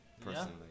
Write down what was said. personally